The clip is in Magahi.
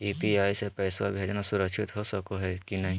यू.पी.आई स पैसवा भेजना सुरक्षित हो की नाहीं?